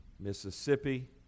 Mississippi